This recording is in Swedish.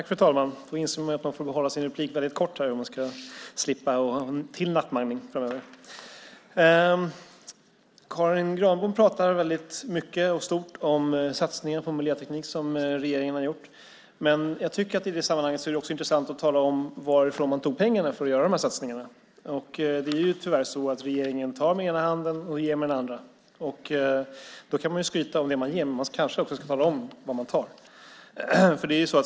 Fru talman! Karin Granbom pratar mycket och stort om satsningar på miljöteknik som regeringen har gjort. Jag tycker att det i sammanhanget också är intressant att tala om varifrån man tog pengarna för att göra satsningarna. Regeringen tar tyvärr med den ena handen och ger med den andra. Man kan skryta med det man ger, men man kanske också ska tala om vad man tar.